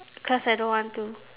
cause I don't want to